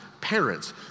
parents